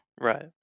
Right